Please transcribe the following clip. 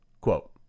quote